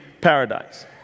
Paradise